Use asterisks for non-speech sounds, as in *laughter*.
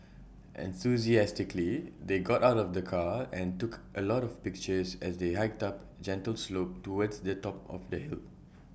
*noise* enthusiastically they got out of the car and took A lot of pictures as they hiked up gentle slope towards the top of the hill